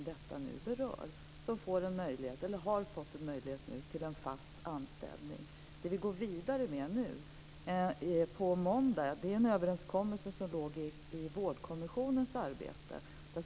De har nu fått en möjlighet till en fast anställning. Nu på måndag går vi vidare med en överenskommelse som låg i Vårdkommissionens arbete.